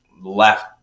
left